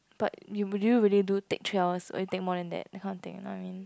but you would you would you do take three hours or you take more than that kind of thing you know what I mean